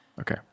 okay